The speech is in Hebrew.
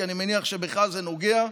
כי אני מניח שבך זה נוגע: